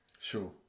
Sure